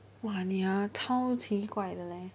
!wah! 你啊超奇怪的 leh